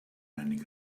many